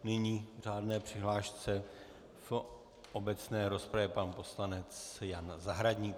Nyní v řádné přihlášce v obecné rozpravě pan poslanec Jan Zahradník.